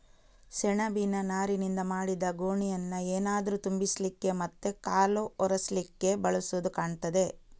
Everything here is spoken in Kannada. ಸೆಣಬಿನ ನಾರಿನಿಂದ ಮಾಡಿದ ಗೋಣಿಯನ್ನ ಏನಾದ್ರೂ ತುಂಬಿಸ್ಲಿಕ್ಕೆ ಮತ್ತೆ ಕಾಲು ಒರೆಸ್ಲಿಕ್ಕೆ ಬಳಸುದು ಕಾಣ್ತದೆ